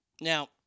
Now